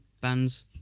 bands